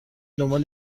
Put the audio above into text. دنبال